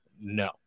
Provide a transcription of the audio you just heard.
no